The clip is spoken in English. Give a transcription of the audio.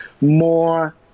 more